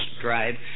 drive